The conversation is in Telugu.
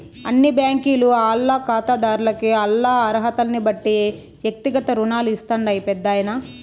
అన్ని బ్యాంకీలు ఆల్ల కాతాదార్లకి ఆల్ల అరహతల్నిబట్టి ఎక్తిగత రుణాలు ఇస్తాండాయి పెద్దాయనా